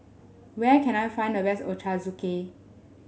where can I find the best Ochazuke